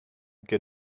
get